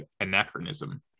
Anachronism